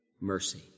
mercy